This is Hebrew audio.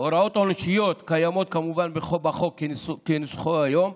הוראות עונשיות קיימות כמובן בחוק כנוסחו היום,